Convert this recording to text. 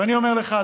ואני אומר לך,